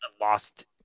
lost